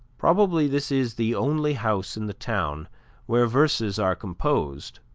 probably this is the only house in the town where verses are composed,